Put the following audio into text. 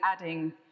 adding